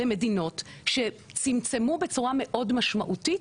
למדינות שצמצמו בצורה מאוד משמעותית,